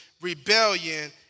rebellion